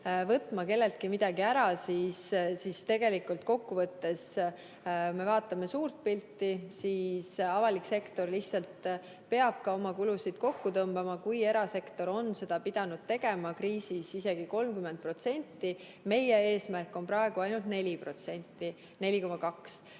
võtma kelleltki midagi ära, tegelikult kokkuvõttes, kui me vaatame suurt pilti, siis avalik sektor lihtsalt peab ka oma kulusid kokku tõmbama, kui erasektor on seda pidanud tegema kriisis isegi 30%. Meie eesmärk on praegu ainult 4,2%.